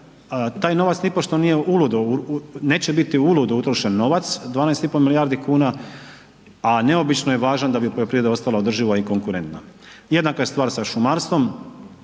uludo, neće biti uludo utrošen novac, 12 i po milijardi kuna, a neobično je važan da bi poljoprivreda ostala održiva i konkurentna. Jednaka je stvar sa šumarstvom,